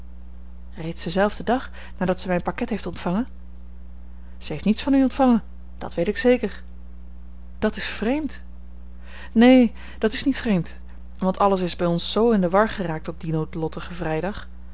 reeds denzelfden dag nadat zij mijn pakket heeft ontvangen zij heeft niets van u ontvangen dat weet ik zeker dat is vreemd neen dat is niet vreemd want alles is bij ons z in de war geraakt op dien noodlottigen vrijdag